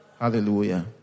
Hallelujah